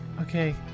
Okay